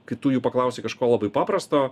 kai tu jų paklausi kažko labai paprasto